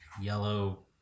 yellow